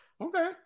Okay